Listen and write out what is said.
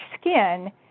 skin